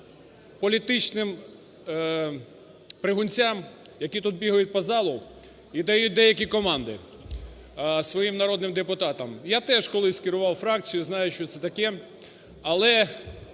політичним "пригунцям", які тут бігають по залу і дають деякі команди своїм народним депутатам. Я теж колись керував фракцією, знаю, що це таке. Але